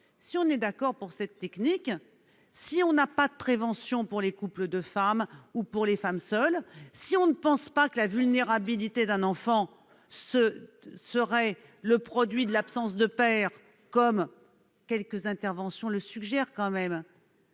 si l'on accepte cette technique, si l'on n'a pas de prévention contre des couples de femmes ou les femmes seules, si l'on ne pense pas que la vulnérabilité d'un enfant serait le produit de l'absence de père, comme quelques interventions le suggèrent,